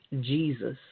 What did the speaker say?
Jesus